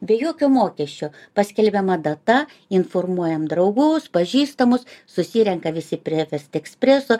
be jokio mokesčio paskelbiama data informuojam draugus pažįstamus susirenka visi prie vest ekspreso